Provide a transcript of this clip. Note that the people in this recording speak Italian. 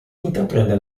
intraprende